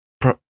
pro